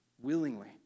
Willingly